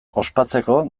ospatzeko